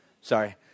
Sorry